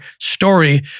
story